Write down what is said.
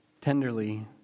tenderly